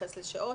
להתייחס לשעות.